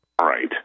Right